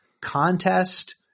contest